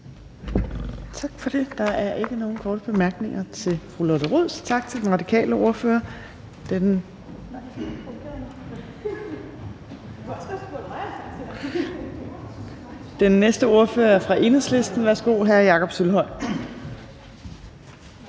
Tak for det. Der er ikke nogen korte bemærkninger til fru Lotte Rod, så tak til den radikale ordfører. Den næste ordfører er fra Enhedslisten. Værsgo til hr. Jakob Sølvhøj.